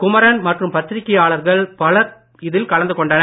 குமரன் மற்றும் பத்திரிக்கையாளர்கள் பலரும் இதில் கலந்து கொண்டனர்